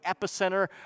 epicenter